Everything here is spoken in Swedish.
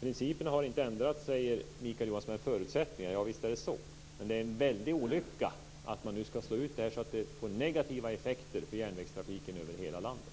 Principerna har inte ändrats, utan förutsättningarna, säger Mikael Johansson. Javisst är det så. Men det är en väldig olycka att man nu ska slå ut det här så att det får negativa effekter för järnvägstrafiken i hela landet.